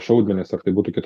šaudmenys ar tai būtų kita